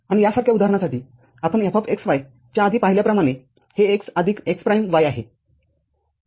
आणि यासारख्या उदाहरणासाठी आपण Fxy च्या आधी पाहिल्याप्रमाणे हे x आदिक x प्राईम y आहे